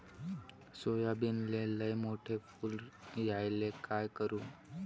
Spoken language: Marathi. सोयाबीनले लयमोठे फुल यायले काय करू?